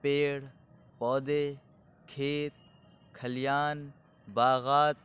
پیڑ پودے کھیت کھلیان باغات